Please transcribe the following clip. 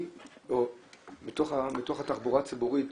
מתוך התחבורה הציבורית